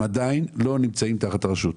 הם עדיין לא נמצאים תחת הרשות.